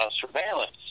surveillance